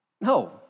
No